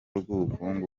rw’ubukungu